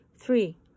Three